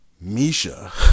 Misha